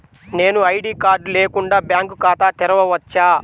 నేను ID card లేకుండా bank ఖాతా తెరవచ్చా?